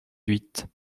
huit